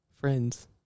friends